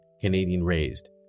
Canadian-raised